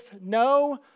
no